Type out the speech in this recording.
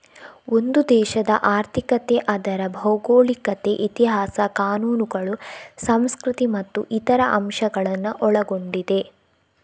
ಒಂದು ದೇಶದ ಆರ್ಥಿಕತೆ ಅದರ ಭೌಗೋಳಿಕತೆ, ಇತಿಹಾಸ, ಕಾನೂನುಗಳು, ಸಂಸ್ಕೃತಿ ಮತ್ತು ಇತರ ಅಂಶಗಳನ್ನ ಒಳಗೊಂಡಿದೆ